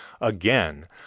again